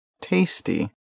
Tasty